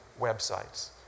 websites